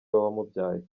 wamubyaye